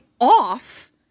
off